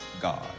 God